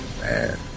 Man